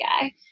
guy